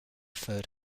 third